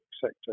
sector